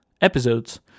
episodes